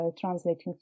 translating